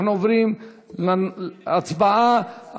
אנחנו עוברים להצבעה על